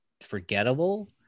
forgettable